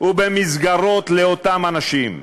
ובמסגרות לאותם אנשים.